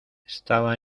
estaba